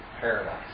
paradise